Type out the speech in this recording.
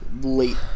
late